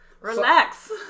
Relax